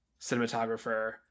cinematographer